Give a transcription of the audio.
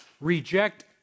Reject